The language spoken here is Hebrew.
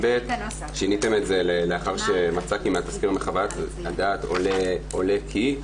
שיניתם את זה ל"לאחר שמצא כי מהתסקיר או מחוות הדעת עולה כי".